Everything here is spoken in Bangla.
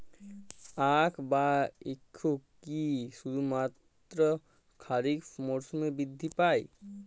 আখ বা ইক্ষু কি শুধুমাত্র খারিফ মরসুমেই বৃদ্ধি পায়?